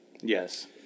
Yes